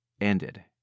ended